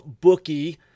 Bookie